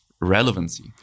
relevancy